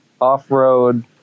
off-road